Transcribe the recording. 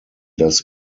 das